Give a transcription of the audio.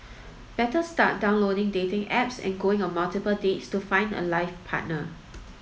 better start downloading dating apps and going on multiple dates to find a life partner